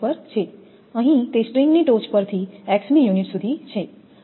અહીં તે સ્ટ્રિંગની ટોચ પરથી x મી યુનિટ સુધી છે